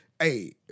hey